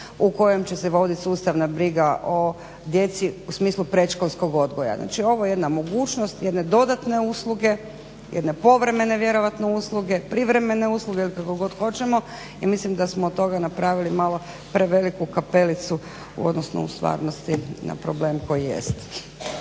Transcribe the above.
u kojem će se vodit sustavna briga o djeci u smislu predškolskog odgoja. Znači ovo je jedna mogućnost jedne dodatne usluge, jedne povremene vjerojatno usluge, privremene usluge ili kako god hoćemo i mislim da smo od toga napravili malo preveliku kapelicu u odnosno u stvarnosti na problem koji jest.